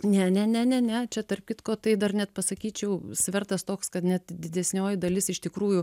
ne ne ne ne ne čia tarp kitko tai dar net pasakyčiau svertas toks kad net didesnioji dalis iš tikrųjų